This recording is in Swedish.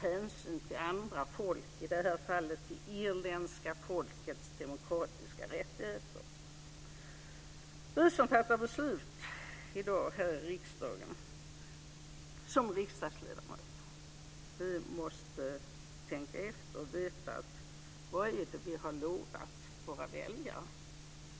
Det tycker jag är väldigt viktigt i detta mångfacetterade Europa med sin stolta historia. Vi som fattar beslut i dag här i riksdagen som riksdagsledamöter måste tänka efter och veta: Vad är det vi har lovat våra väljare?